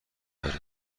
داره